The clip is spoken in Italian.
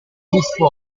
tuffo